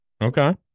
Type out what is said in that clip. Okay